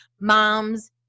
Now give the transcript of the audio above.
moms